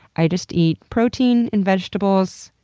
i just eat protein and vegetables,